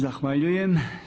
Zahvaljujem.